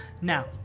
now